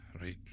right